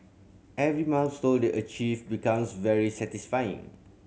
every milestone they achieve becomes very satisfying